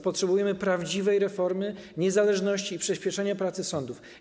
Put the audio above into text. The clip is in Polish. Potrzebujemy prawdziwej reformy, niezależności i przyspieszenia pracy sądów.